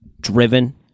driven